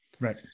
right